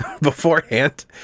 beforehand